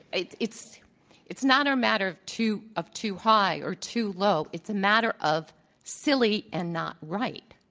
it. it's it's not a matter of too of too high or too low, it's a matter of silly and not right.